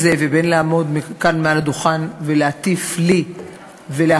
אבל בין זה לבין לעמוד כאן מעל הדוכן ולהטיף לי ולאחרים,